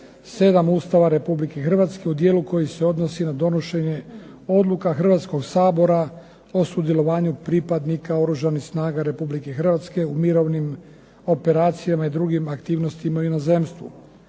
7. Ustava Republike Hrvatske u dijelu koji se odnosi na donošenje odluka Hrvatskog sabora o sudjelovanja pripadnika Oružanih snaga Republike Hrvatske u mirovnim operacijama i drugim aktivnostima u inozemstvu.